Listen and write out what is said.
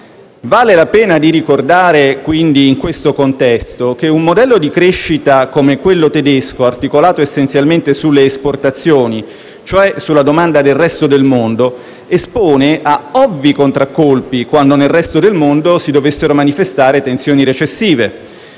Vale la pena di ricordare quindi in questo contesto che un modello di crescita come quello tedesco, articolato essenzialmente sulle esportazioni, cioè sulla domanda del resto del mondo, espone a ovvi contraccolpi, quando nel resto del mondo si dovessero manifestare tensioni recessive: